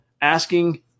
asking